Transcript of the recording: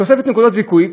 תוספת נקודות זיכוי,